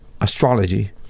astrology